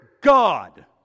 God